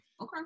Okay